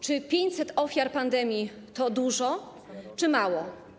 Czy 500 ofiar pandemii to dużo, czy mało?